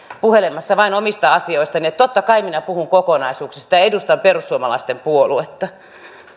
puhelemassa vain omista asioistani totta kai minä puhun kokonaisuuksista ja edustan perussuomalaisten puoluetta